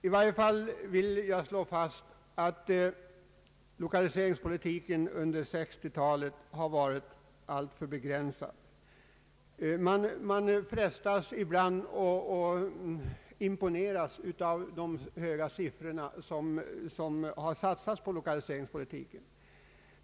Jag vill för min del slå fast att lokaliseringspolitiken under 1960-talet har varit alltför begränsad. Man frestas ibland att imponeras av de stora summor som har satsats på lokaliseringspolitiken.